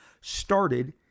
started